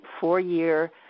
four-year